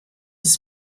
ist